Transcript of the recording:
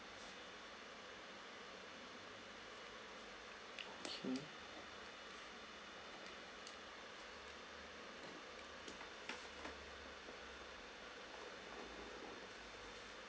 okay